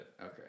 Okay